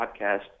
podcast